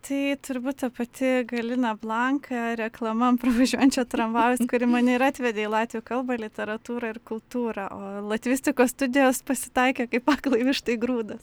tai tur būt ta pati galina blanka reklama ant pravažiuojančio tramvajaus kuri mane ir atvedė į latvių kalbą į literatūrą ir kultūrą o latvistikos studijos pasitaikė kaip aklai vištai grūdas